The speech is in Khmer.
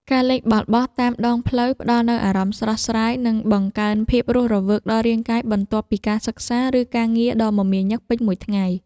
ការលេងបាល់បោះតាមដងផ្លូវផ្ដល់នូវអារម្មណ៍ស្រស់ស្រាយ និង បង្កើនភាពរស់រវើកដល់រាងកាយបន្ទាប់ពីការសិក្សាឬការងារដ៏មមាញឹកពេញមួយថ្ងៃ។